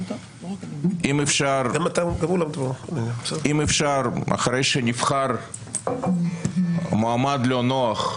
אם אפשר אחרי שנבחר מועמד לא נוח,